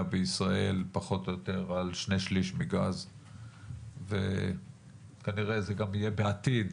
בישראל פחות או יותר על 2/3 מגז וכנראה זה גם יהיה בעתיד,